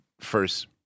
first